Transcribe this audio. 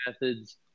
methods